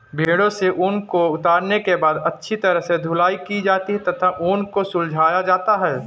भेड़ों से ऊन को उतारने के बाद अच्छी तरह से धुलाई की जाती है तथा ऊन को सुलझाया जाता है